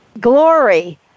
glory